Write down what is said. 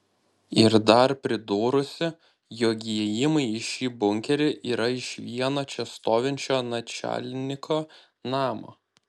ir dar pridūrusi jog įėjimai į šį bunkerį yra iš vieno čia stovinčio načalniko namo